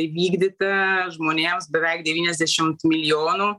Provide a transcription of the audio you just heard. įvykdyta žmonėms beveik devyniasdešimt milijonų